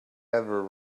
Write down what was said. ever